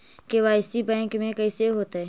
KYC bank में कैसे होतै?